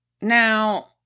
Now